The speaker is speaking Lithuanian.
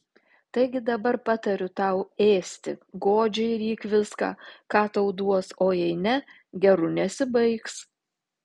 taigi dabar patariu tau ėsti godžiai ryk viską ką tau duos o jei ne geru nesibaigs